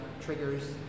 triggers